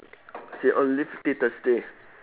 she on leave till thursday